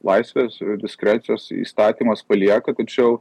laisvės diskrecijos įstatymas palieka kad čia jau